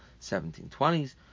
1720s